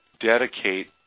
dedicate